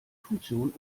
funktion